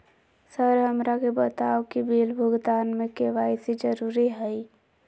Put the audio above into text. Sir हमरा के बताओ कि बिल भुगतान में के.वाई.सी जरूरी हाई?